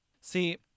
See